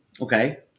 Okay